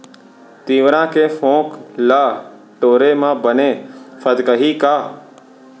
तिंवरा के फोंक ल टोरे म बने फदकही का?